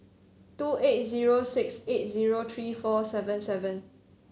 two eight zero six eight zero three four seven seven